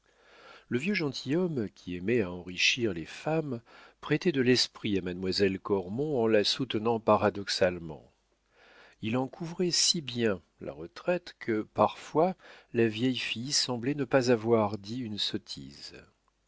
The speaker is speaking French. le vieux gentilhomme qui aimait à enrichir les femmes prêtait de l'esprit à mademoiselle cormon en la soutenant paradoxalement il en couvrait si bien la retraite que parfois la vieille fille semblait ne pas avoir dit une sottise